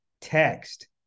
text